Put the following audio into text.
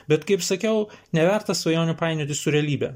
bet kaip sakiau neverta su svajonių painioti su realybe